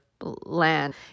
land